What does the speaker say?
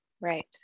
Right